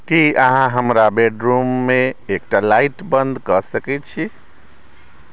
की अहाँ हमरा बेडरूममे एकटा लाइट बंद कए सकैत छी